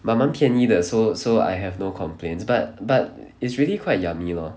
but 蛮便宜的 so so I have no complaints but but it's really quite yummy lor